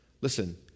Listen